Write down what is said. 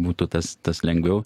būtų tas tas lengviau